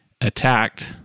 attacked